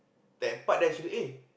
that part that she eh